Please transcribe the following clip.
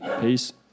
Peace